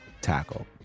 tackle